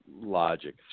logic